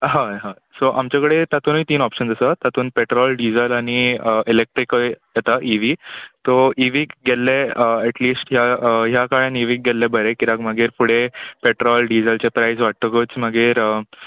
हय हय सो आमचे कडेन तांतुनय तीन ऑपशन्स आसा तांतून पॅट्रॉल डिजल आनी इलॅक्ट्रिकल येता इ वी तो इ वीक गेल्ले एटलिस्ट ह्या ह्या काळान इ वीक गेल्लें बरें कित्याक मागीर फुडें पॅट्रॉल डिजलचे प्रायस वाडटकूच मागीर